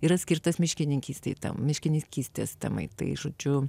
yra skirtas miškininkystei miškininkystės temai tai žodžiu